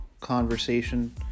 conversation